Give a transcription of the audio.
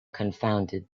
confounded